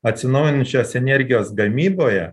atsinaujinančios energijos gamyboje